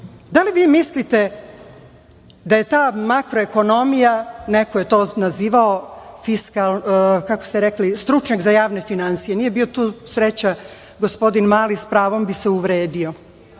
da li vi mislite da je ta makroekonomija, neko je to nazivao, kako ste rekli, stručnjak za javne finansije. Nije bio tu, sreća, gospodin Mali, s pravom bi se uvredio.